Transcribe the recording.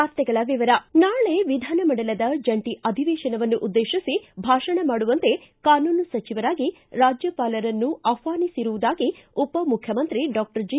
ವಾರ್ತೆಗಳ ವಿವರ ನಾಳೆ ವಿಧಾನಮಂಡಲದ ಜಂಟ ಅಧಿವೇಶನವನ್ನು ಉದ್ವೇಶಿಸಿ ಭಾಷಣ ಮಾಡುವಂತೆ ಕಾನೂನು ಸಚಿವರಾಗಿ ರಾಜ್ಞಪಾಲರನ್ನು ಆಹ್ವಾನಿಸಿರುವುದಾಗಿ ಉಪ ಮುಖ್ಖಮಂತ್ರಿ ಡಾಕ್ಷರ್ ಜಿ